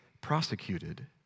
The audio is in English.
prosecuted